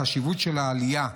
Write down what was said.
של החשיבות של העלייה,